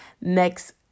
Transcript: Next